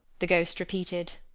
the ghost repeated.